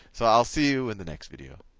so i'll see you in the next video.